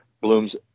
blooms